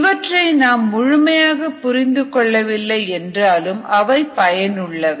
இவற்றை நாம் முழுமையாக புரிந்து கொள்ளவில்லை என்றாலும் அவை பயனுள்ளவை